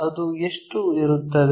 ಅದು ಎಷ್ಟು ಇರುತ್ತದೆ